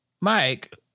Mike